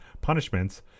punishments